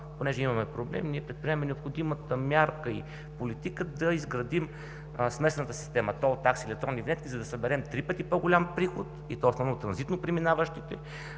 понеже имаме проблем, ние предприемаме необходимата мярка и политика да изградим смесената система – тол такси и електронни винетки, за да съберем три пъти по-голям приход, и то основно транзитно преминаващите